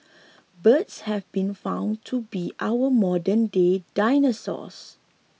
birds have been found to be our modernday dinosaurs